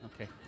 Okay